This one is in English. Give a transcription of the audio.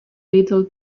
little